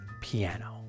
piano